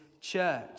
church